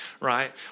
right